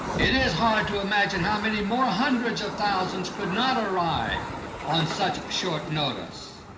it is hard to imagine how many more hundreds of thousands could not arrive on such short notice.